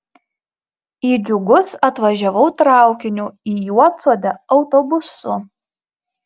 į džiugus atvažiavau traukiniu į juodsodę autobusu